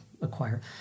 acquire